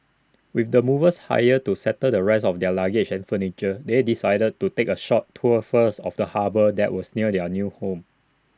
with the movers hired to settle the rest of their luggage and furniture they decided to take A short tour first of the harbour that was near their new home